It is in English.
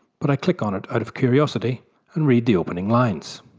but i click on it out of curiosity and read the opening lines